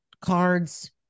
cards